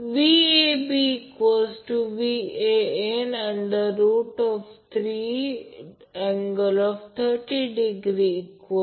त्याचप्रमाणे IC IAB angle 240o IAB angle 120° ते 240° आहे म्हणून ते 120° बनवले